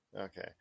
Okay